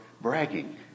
bragging